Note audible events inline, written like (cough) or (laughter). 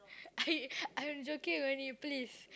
I (laughs) I'm joking only please